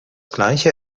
gleiche